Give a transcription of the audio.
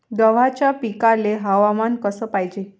गव्हाच्या पिकाले हवामान कस पायजे?